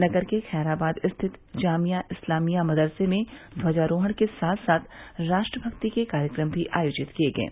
नगर के खैराबाद स्थित जामिया इस्लामिया मदरसे में ध्वजारोहण के साथ साथ राष्ट्र भक्ति के कार्यक्रम भी आयोजित किये गये